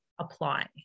apply